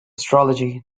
astrology